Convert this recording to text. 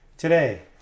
today